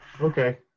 Okay